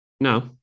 No